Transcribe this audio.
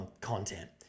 content